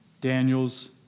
Daniel's